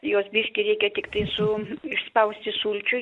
jos biškį reikia tiktai su išspausti sulčių